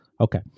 Okay